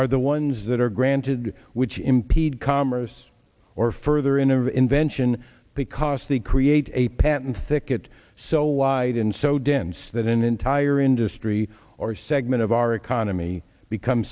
are the ones that are granted which impede commerce or further in of invention because the create a patent thicket so wide and so dense that an entire industry or segment of our economy become